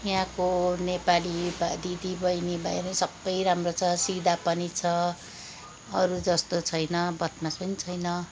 यहाँको नेपाली दिदी बहिनी भाइहरू सबै राम्रो छ सिधा पनि छ अरू जस्तो छैन बदमास पनि छैन